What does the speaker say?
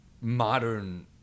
modern